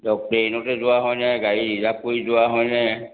ট্ৰেইনতে যোৱা হয় নে গাড়ী ৰিজাৰ্ভ কৰি যোৱা হয় নে